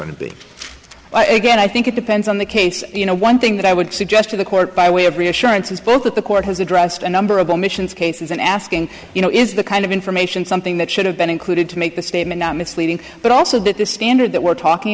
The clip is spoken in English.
be i again i think it depends on the case you know one thing that i would suggest to the court by way of reassurance is both of the court has addressed a number of omissions cases and asking you know is the kind of information something that should have been included to make the statement not misleading but also that the standard that we're talking